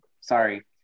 sorry